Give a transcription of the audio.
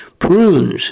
prunes